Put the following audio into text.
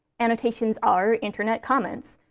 annotations are internet comments,